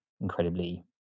incredibly